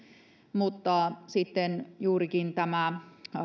mutta sitten juurikin tämä